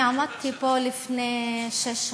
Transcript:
אני עמדתי פה לפני שש שנים.